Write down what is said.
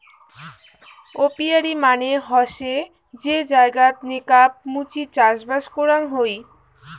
apiary মানে হসে যে জায়গাত নেকাব মুচি চাষবাস করাং হই